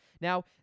Now